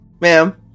ma'am